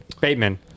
Bateman